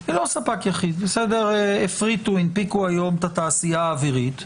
יחיד, הפריטו, הנפיקו היום את התעשייה האווירית,